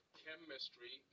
chemistry